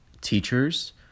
teachers